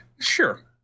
Sure